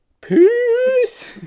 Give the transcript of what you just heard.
PEACE